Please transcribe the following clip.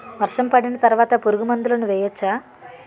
వర్షం పడిన తర్వాత పురుగు మందులను వేయచ్చా?